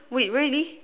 wait really